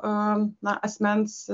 na asmens